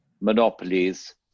monopolies